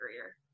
career